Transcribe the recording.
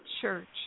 church